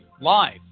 live